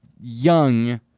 young